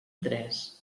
tres